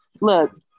Look